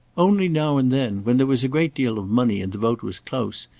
only now and then, when there was a great deal of money and the vote was close,